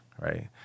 right